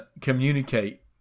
communicate